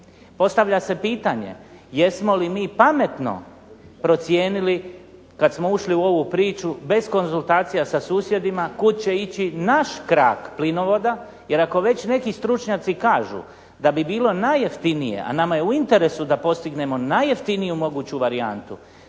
Postavlja se pitanje jesmo li mi pametno procijenili kad smo ušli u ovu priču bez konzultacija sa susjedima kud će ići naš krak plinovoda, jer ako već neki stručnjaci kažu da bi bilo najjeftinije, a nama je u interesu da postignemo najjeftiniju moguću varijantu,